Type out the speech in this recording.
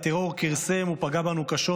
הטרור כרסם ופגע בנו קשות,